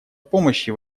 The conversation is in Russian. помощи